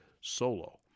Solo